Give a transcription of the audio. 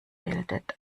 bildet